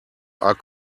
are